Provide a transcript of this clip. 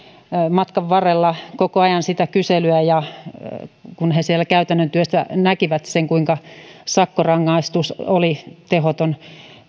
matkan varrella koko ajan kyselyä kun he siellä käytännön työssä näkivät kuinka sakkorangaistus oli tehoton